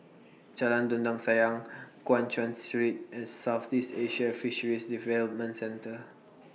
Jalan Dondang Sayang Guan Chuan Street and Southeast Asian Fisheries Development Centre